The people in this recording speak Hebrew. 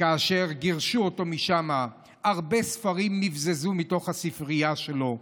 כאשר גירשו אותו משם הרבה ספרים נבזזו מתוך הספרייה שלו.